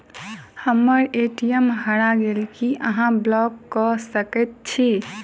हम्मर ए.टी.एम हरा गेल की अहाँ ब्लॉक कऽ सकैत छी?